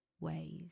ways